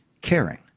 caring